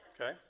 Okay